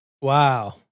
Wow